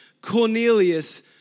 Cornelius